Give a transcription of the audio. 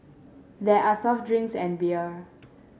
there are soft drinks and beer